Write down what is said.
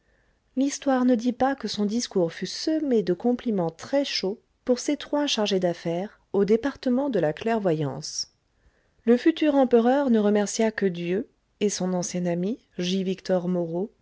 l'histoire ne dit pas que son discours fût semé de compliments très chauds pour ses trois chargés d'affaires au département de la clairvoyance le futur empereur ne remercia que dieu et son ancien ami j victor moreau